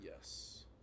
Yes